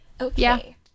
okay